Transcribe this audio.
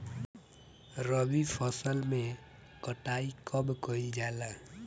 रबी फसल मे कटाई कब कइल जाला?